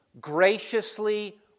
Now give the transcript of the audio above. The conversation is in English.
graciously